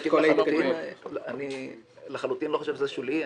לחלוטין אני לא חושב שזה שולי.